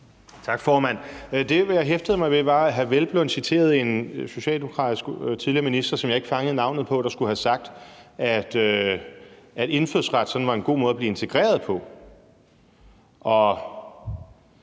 Tak, formand. Det, jeg hæftede mig ved, var, at hr. Peder Hvelplund citerede en socialdemokratisk tidligere minister, som jeg ikke fangede navnet på, men som skulle have sagt, at indfødsret var en god måde at blive integreret på.